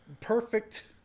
perfect